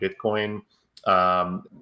Bitcoin